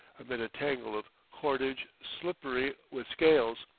amid a tangle of cordage slippery with scales.